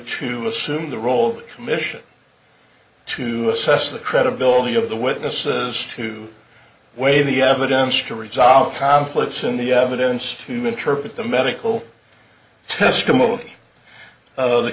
to assume the role commission to assess the credibility of the witnesses to weigh the evidence to resolve conflicts in the evidence to interpret the medical testimony of the